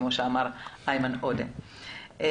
כמו שאמר איימן עודה קודם.